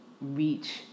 reach